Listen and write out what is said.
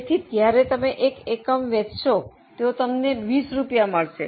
તેથી જ્યારે તમે એક એકમ વેચશો તો તમને 20 રૂપિયા મળશે